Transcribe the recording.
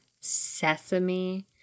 sesame